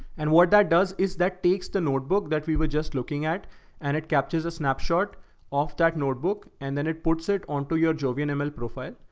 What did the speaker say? and what that does is that takes the notebook that we were just looking at and it captures a snapshot of that notebook. and then it puts it onto your jovian and ml profile.